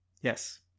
yes